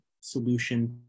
solution